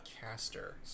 caster